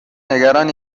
نگران